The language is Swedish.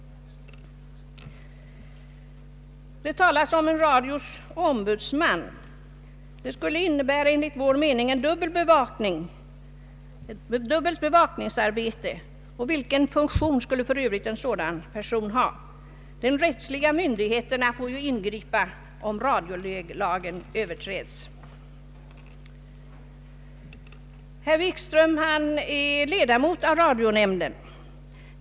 Det talas om en radions ombudsman. En sådan befattning skulle enligt vår mening medföra ett dubbelt bevakningsarbete, och vilken funktion skulle för övrigt en sådan person ha? De rättsliga myndigheterna får ju ingripa om radiolagen överträdes. Herr Wikström är ledamot av radionämnden.